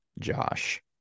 Josh